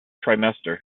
trimester